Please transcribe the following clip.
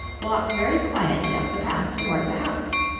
walked very quietly up the path toward the house.